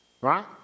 right